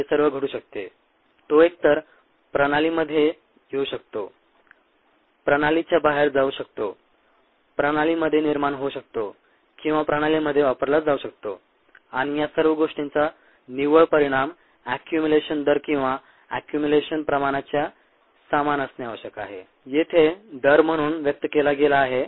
हे सर्व घडू शकते तो एकतर प्रणालीमध्ये येऊ शकतो प्रणालीच्या बाहेर जाऊ शकतो प्रणालीमध्ये निर्माण होऊ शकतो किंवा प्रणालीमध्ये वापरला जाऊ शकतो आणि या सर्व गोष्टींचा निव्वळ परिणाम एक्युमुलेशन दर किंवा एक्युमुलेशन प्रमाणाच्या समान असणे आवश्यक आहे येथे दर म्हणून व्यक्त केला गेला आहे